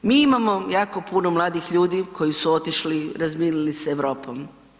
Mi imamo jako puno mladih ljudi koji su otišli, razmijenili se Europom.